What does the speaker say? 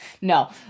no